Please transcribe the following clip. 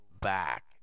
back